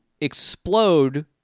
explode